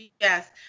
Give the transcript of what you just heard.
Yes